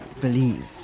believe